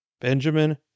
Benjamin